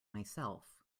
myself